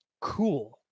cool